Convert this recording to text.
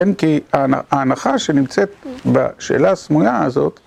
כן, כי ההנחה שנמצאת בשאלה הסמויה הזאת